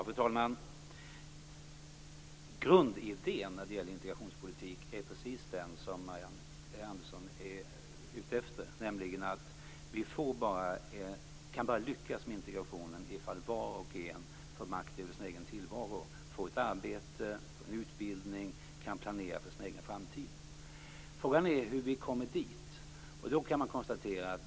Fru talman! Grundidén när det gäller integrationspolitik är precis den som Marianne Andersson är ute efter, nämligen att vi bara kan lyckas med integrationen om var och en får makt över sin egen tillvaro - får ett arbete, får en utbildning, kan planera för sin egen framtid. Frågan är hur vi kommer dit.